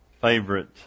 favorite